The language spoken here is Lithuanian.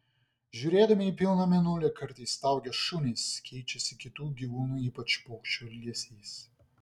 žiūrėdami į pilną mėnulį kartais staugia šunys keičiasi kitų gyvūnų ypač paukščių elgesys